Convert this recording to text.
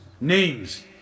names